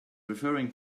referring